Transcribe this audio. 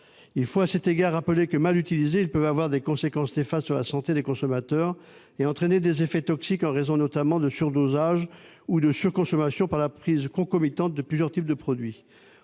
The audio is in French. Il faut à cet égard rappeler que, mal utilisés, ils peuvent avoir des conséquences néfastes sur la santé des consommateurs et entraîner des effets toxiques, en raison notamment de surdosage ou de surconsommation du fait de la prise concomitante de plusieurs types de produits.